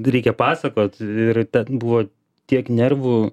reikia pasakot ir ten buvo tiek nervų